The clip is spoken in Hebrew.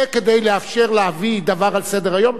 זה כדי לאפשר להביא דבר על סדר-היום?